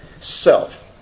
self